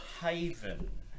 haven